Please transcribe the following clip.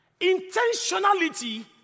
intentionality